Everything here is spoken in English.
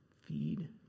Feed